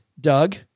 Doug